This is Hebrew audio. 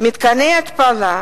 מתקני התפלה,